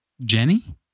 Jenny